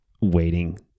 waiting